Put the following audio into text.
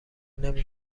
نمی